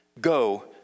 Go